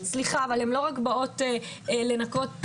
סליחה אבל הן לא רק באות לנקות פיפי,